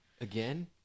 again